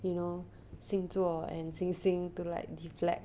you know 星座 and 星星 to like deflect